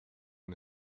han